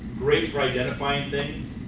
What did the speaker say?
great for identifying things,